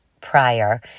prior